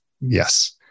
Yes